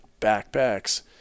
backpacks